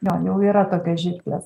jo jau yra tokios žirklės